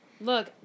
Look